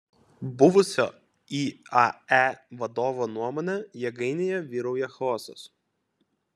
buvusio iae vadovo nuomone jėgainėje vyrauja chaosas